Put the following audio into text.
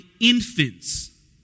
infants